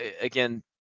again